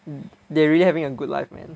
they really having a good life man